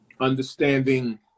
understanding